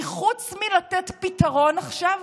כי חוץ מלתת פתרון עכשיו